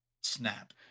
snap